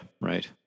Right